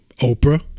Oprah